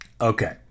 Okay